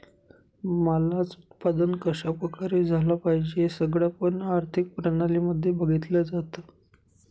मालाच उत्पादन कशा प्रकारे झालं पाहिजे हे सगळं पण आर्थिक प्रणाली मध्ये बघितलं जातं